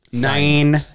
Nine